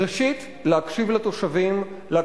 ראשית, להקשיב לתושבים, כי